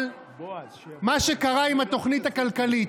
על מה שקרה עם התוכנית הכלכלית.